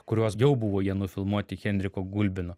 kuriuos jau buvo jie nufilmuoti henriko gulbino